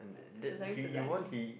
Sezairi-Sazali